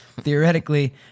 Theoretically